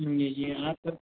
जी जी आप